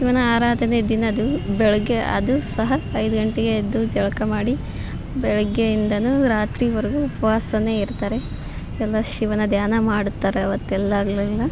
ಶಿವನ ಆರಾಧನೆ ದಿನದ ಬೆಳಗ್ಗೆ ಅದು ಸಹ ಐದು ಗಂಟೆಗೆ ಎದ್ದು ಜಳಕ ಮಾಡಿ ಬೆಳಗ್ಗೆಯಿಂದನೂ ರಾತ್ರಿವರೆಗೂ ಉಪವಾಸನೇ ಇರ್ತಾರೆ ಎಲ್ಲ ಶಿವನ ಧ್ಯಾನ ಮಾಡ್ತಾರೆ ಅವತ್ತೆಲ್ಲ ಹಗ್ಲೆಲ್ಲ